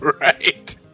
right